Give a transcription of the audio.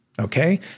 Okay